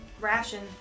ration